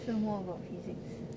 so more about physics